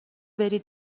بری